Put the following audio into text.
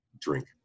drink